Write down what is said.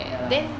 ya